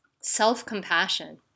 self-compassion